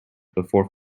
before